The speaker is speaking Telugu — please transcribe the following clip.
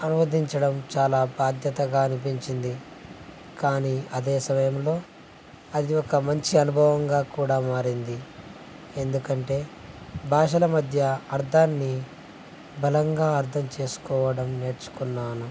అనువదించడం చాలా బాధ్యతగా అనిపించింది కానీ అదే సమయంలో అది ఒక మంచి అనుభవంగా కూడా మారింది ఎందుకంటే భాషల మధ్య అర్థాన్ని బలంగా అర్థం చేసుకోవడం నేర్చుకున్నాను